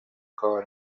کار